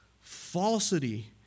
falsity